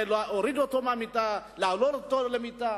להוריד אותו מהמיטה או להעביר אותו למיטה.